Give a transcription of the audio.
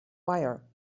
wire